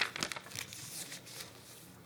חברי